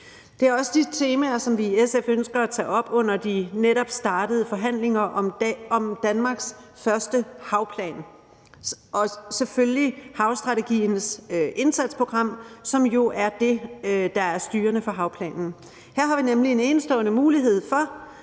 Det er også de temaer, som vi i SF ønsker at tage op under de netop startede forhandlinger om Danmarks første havplan og selvfølgelig havstrategiens indsatsprogram, som jo er det, der er styrende for havplanen. Her har vi nemlig en enestående mulighed for